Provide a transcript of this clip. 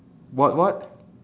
what what